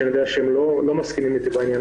שאני יודע שהם לא מסכימים איתי בעניין